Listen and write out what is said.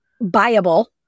viable